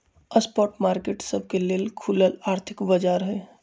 spot market सबके लेल खुलल आर्थिक बाजार हइ